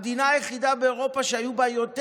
היא המדינה היחידה באירופה שהיו בה יותר